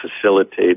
facilitate